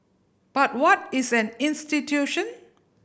but what is an institution